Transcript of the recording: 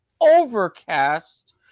Overcast